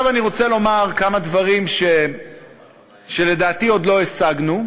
עכשיו אני רוצה לומר כמה דברים שלדעתי עוד לא השגנו,